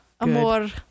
Amor